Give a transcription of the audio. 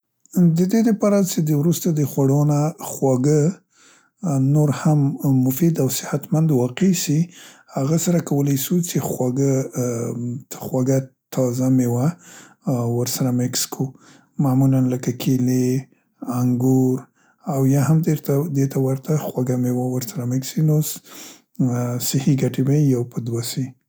د دې دپاره څې د وروسته د خوړو نه خواګه، ا، نور هم مفید او صحت مند واقع سي هغه سره کولای سو څې خواږه، ام خوږه تازه میوه او ورسره مکس کو معمولاً لکه کیلې، انګور او یا هم درته، دې ته ورته خوګه میوه ورسره میکس سي نو صحي ګټې به یې یو په دوه سي.